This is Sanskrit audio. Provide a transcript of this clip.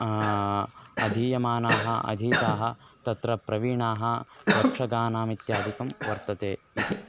अधीयमानाः अधीताः तत्र प्रवीणाः यक्षगानामित्यादिकं वर्तते इति